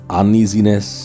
uneasiness